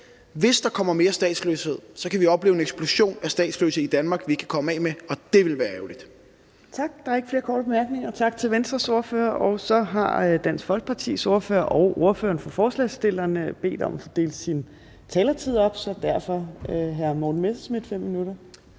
Hvis der kommer mere statsløshed, kan vi opleve en eksplosion af statsløse i Danmark, vi ikke kan komme af med, og det ville være ærgerligt. Kl. 14:11 Fjerde næstformand (Trine Torp): Tak til Venstres ordfører. Der er ikke flere korte bemærkninger. Så har Dansk Folkepartis ordfører og ordføreren for forslagsstillerne bedt om at få delt sin taletid op, og derfor har hr. Morten Messerschmidt 5 minutter